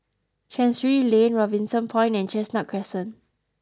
Chancery Lane Robinson Point and Chestnut Crescent